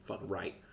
right